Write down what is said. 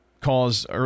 cause